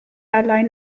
allein